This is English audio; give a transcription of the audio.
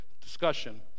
discussion